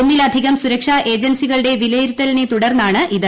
ഒന്നിലധികം സുരക്ഷാ ഏജൻസികളുടെ വിലയിരുത്തലിനെ തുടർന്നാണിത്